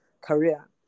career